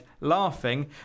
laughing